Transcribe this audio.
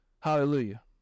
Hallelujah